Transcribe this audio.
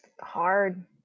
hard